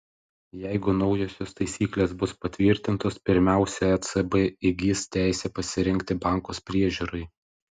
jeigu naujosios taisyklės bus patvirtintos pirmiausia ecb įgis teisę pasirinkti bankus priežiūrai